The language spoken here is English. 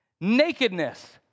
Nakedness